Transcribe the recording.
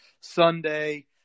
Sunday